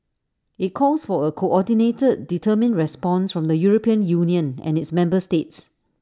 IT calls for A coordinated determined response from the european union and its member states